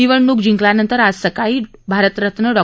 निवडण्क जिंकल्यानंतर आज सकाळी भारत रत्न डॉ